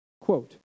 Quote